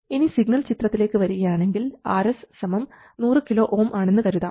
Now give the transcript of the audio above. ഇനി സിഗ്നൽ ചിത്രത്തിലേക്ക് വരികയാണെങ്കിൽ Rs 100 kΩ ആണെന്ന് കരുതാം